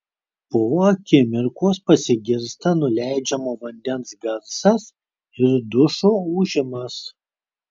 po akimirkos pasigirsta nuleidžiamo vandens garsas ir dušo ūžimas